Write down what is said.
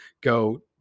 go